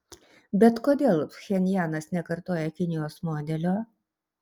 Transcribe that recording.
bet kodėl pchenjanas nekartoja kinijos modelio